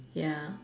ya